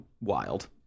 wild